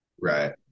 Right